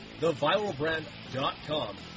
theviralbrand.com